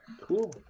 Cool